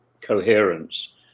coherence